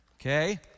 Okay